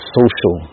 social